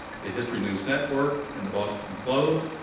the history news network, and the boston globe.